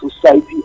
society